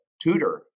tutor